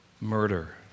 murder